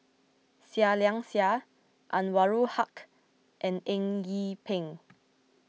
Seah Liang Seah Anwarul Haque and Eng Yee Peng